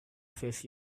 face